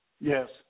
Yes